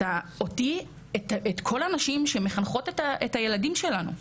לא אותי, לא את כל הנשים שמחנכות את הילדים שלנו.